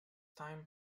time